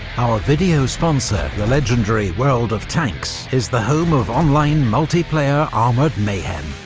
our video sponsor the legendary world of tanks is the home of online multiplayer armoured mayhem.